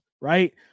right